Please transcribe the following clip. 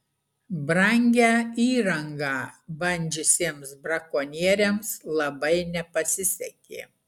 brangią įrangą bandžiusiems brakonieriams labai nepasisekė